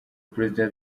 president